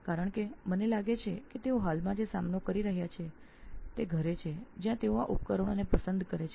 હું માનું છું કે તેઓ હાલમાં જેનો સામનો કરી રહ્યા છે તે ઘરે ઘરે છે કે તેઓ ઉપકરણોને પસંદ કરી રહ્યા છે